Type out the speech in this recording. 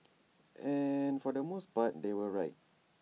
and for the most part they were right